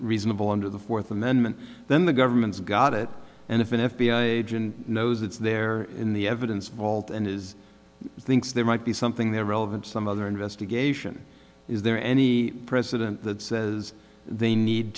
reasonable under the fourth amendment then the government's got it and if an f b i agent knows it's there in the evidence vault and is thinks there might be something there relevant to some other investigation is there any precedent that says they need